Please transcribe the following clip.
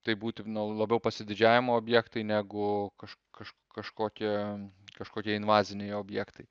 taip būti nu labiau pasididžiavimo objektai negu kaž kažkokie kažkokie invaziniai objektai